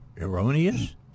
erroneous